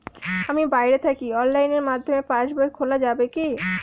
আমি বাইরে থাকি অনলাইনের মাধ্যমে পাস বই খোলা যাবে কি?